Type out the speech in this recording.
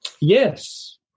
Yes